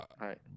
right